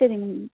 செரிங்க மேம்